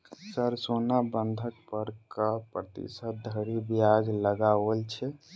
Sir सोना बंधक पर कऽ प्रतिशत धरि ब्याज लगाओल छैय?